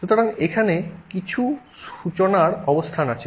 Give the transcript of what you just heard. সুতরাং এখানে কিছু সূচনার অবস্থান আছে